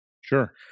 Sure